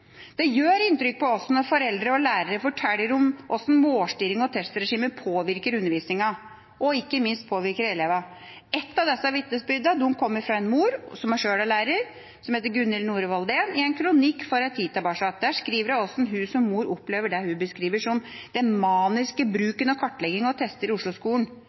Det gjør inntrykk på oss når foreldre og lærere forteller om hvordan målstyring og testregimer påvirker undervisninga, og ikke minst påvirker elevene. Et av disse vitnesbyrdene kommer fra en mor som sjøl er lærer, som heter Gunhild Nohre-Walldén, i en kronikk for en tid tilbake. Der skriver hun hvordan hun som mor opplever det hun beskriver slik: «Oslo-skolens maniske bruk av testing og kartlegging speiler et trist og